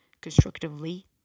constructively